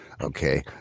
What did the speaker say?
okay